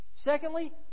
Secondly